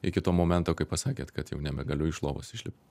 iki to momento kai pasakėt kad jau nebegaliu iš lovos išlipt